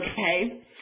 okay